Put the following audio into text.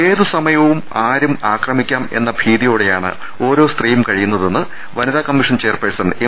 ഏത് സമയവും ആരും അക്രമിക്കാം എന്ന ഭീതിയോടെയാണ് ഓരോ സ്ത്രീയും കഴിയുന്നതെന്ന് വനിതാ കമ്മീഷൻ ചെയർപേ ഴ്സൺ എം